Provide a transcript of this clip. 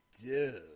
dude